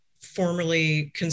formerly